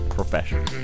professional